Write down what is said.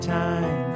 time